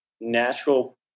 natural